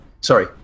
Sorry